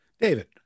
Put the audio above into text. David